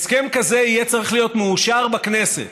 הסכם כזה יהיה צריך להיות מאושר בכנסת